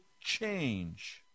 change